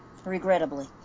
Regrettably